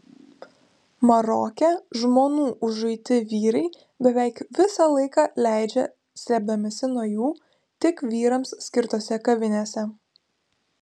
maroke žmonų užuiti vyrai beveik visą laiką leidžia slėpdamiesi nuo jų tik vyrams skirtose kavinėse